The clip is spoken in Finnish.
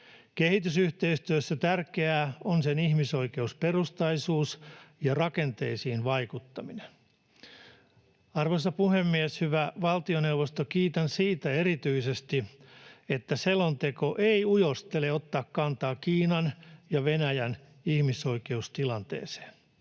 Kehitysyhteistyössä tärkeää on sen ihmisoikeusperustaisuus ja rakenteisiin vaikuttaminen. Arvoisa puhemies! Hyvä valtioneuvosto, kiitän erityisesti siitä, että selonteko ei ujostele ottaa kantaa Kiinan ja Venäjän ihmisoikeustilanteeseen.